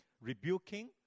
rebuking